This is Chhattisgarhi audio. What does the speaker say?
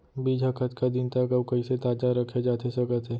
बीज ह कतका दिन तक अऊ कइसे ताजा रखे जाथे सकत हे?